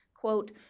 quote